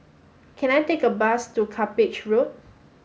can I take a bus to Cuppage Road